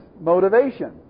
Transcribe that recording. Motivation